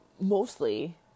mostly